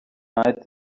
night